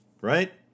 Right